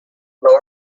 low